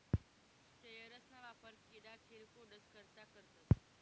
sprayers ना वापर किडा किरकोडस करता करतस